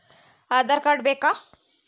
Aadhaar card ಬೇಕಾ?